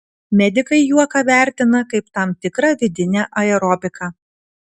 medikai juoką vertina kaip tam tikrą vidinę aerobiką